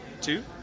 two